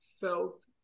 felt